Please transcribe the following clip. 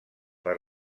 per